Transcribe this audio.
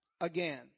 again